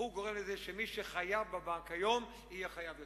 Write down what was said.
הוא גורם לזה שמי שחייב בבנק היום יהיה חייב יותר.